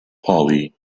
pauli